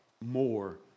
more